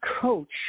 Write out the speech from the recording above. coach